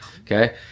Okay